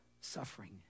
suffering